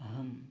अहं